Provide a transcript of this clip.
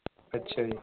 ਅੱਛਾ ਜੀ